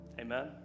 Amen